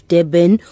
Deben